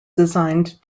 designed